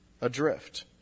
adrift